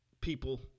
people